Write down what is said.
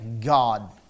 God